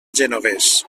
genovés